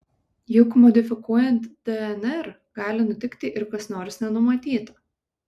juk modifikuojant dnr gali nutikti ir kas nors nenumatyta